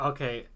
Okay